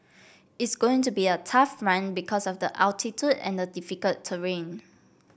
it's going to be a tough run because of the altitude and the difficult terrain